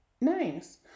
Nice